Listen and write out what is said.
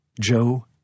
Joe